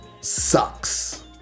sucks